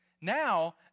Now